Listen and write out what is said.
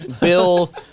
Bill